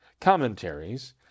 commentaries